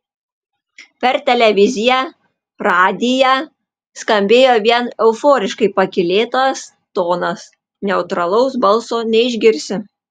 per televiziją radiją skambėjo vien euforiškai pakylėtas tonas neutralaus balso neišgirsi